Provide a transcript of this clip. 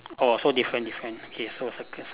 orh so different different okay so circle